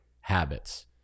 habits